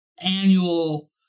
annual